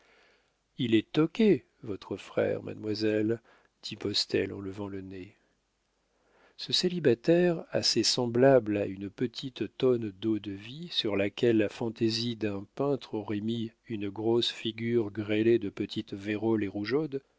il est toqué votre frère mademoiselle dit postel en levant le nez ce célibataire assez semblable à une petite tonne d'eau-de-vie sur laquelle la fantaisie d'un peintre aurait mis une grosse figure grêlée de petite vérole et rougeaude